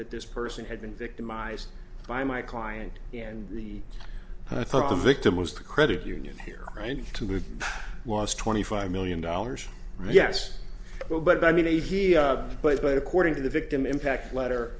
that this person had been victimized by my client and the victim was the credit union here and to the last twenty five million dollars yes no but i mean a place but according to the victim impact letter